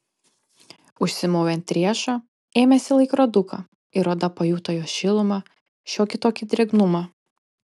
užsimovė ant riešo ėmėsi laikroduką ir oda pajuto jo šilumą šiokį tokį drėgnumą